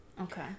okay